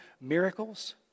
miracles